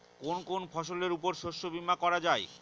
কোন কোন ফসলের উপর শস্য বীমা করা যায়?